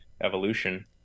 evolution